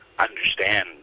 Understand